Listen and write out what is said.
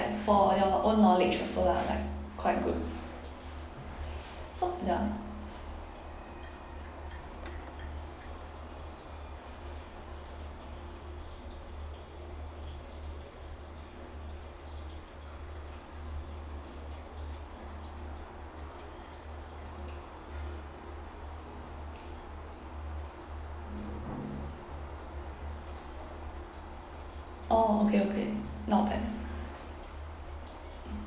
for your own knowledge also lah like quite good so ya orh okay okay not bad